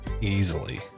easily